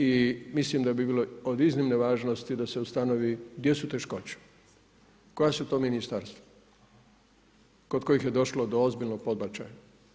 I mislim da bi bilo od iznimne važnosti da se ustanovi gdje su teškoće, koja su to ministarstva kod kojih je došlo do ozbiljnog podbačaja.